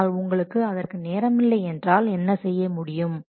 ஆனால் உங்களுக்கு அதற்கு நேரமில்லை என்றால் என்ன செய்ய முடியும்